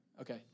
Okay